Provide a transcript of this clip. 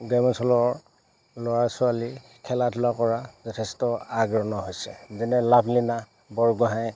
গ্ৰাম্যাঞ্চলৰ ল'ৰা ছোৱালী খেলা ধূলা কৰা যথেষ্ট আগৰণুৱা হৈছে যেনে লাভলিনা বৰগোহাঁই